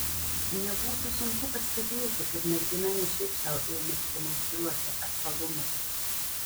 nebūtų sunku pastebėti kad mergina ne šiaip sau ėmėsi demonstruoti apvalumus